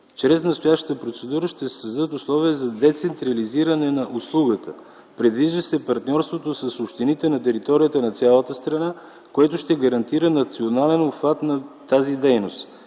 Чрез настоящата процедура ще се създадат условия за децентрализиране на услугата. Предвижда се партньорството с общините на територията на цялата страна, което ще гарантира национален обхват на тази дейност.